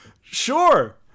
Sure